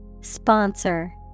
Sponsor